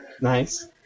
Nice